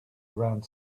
around